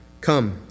Come